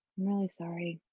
really sorry